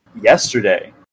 yesterday